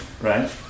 right